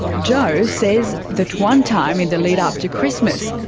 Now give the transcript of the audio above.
joe says that one time in the lead up to christmas,